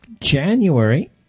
January